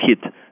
hit